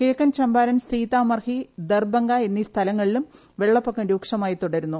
കിഴക്കൻ ചമ്പ്റിര്ൻ സീതാമർഹി ദർബംഗ എന്നീ സ്ഥലങ്ങളിലും വെള്ളപ്പൊക്കം രൂക്ഷമായി തുടരുന്നു